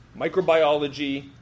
microbiology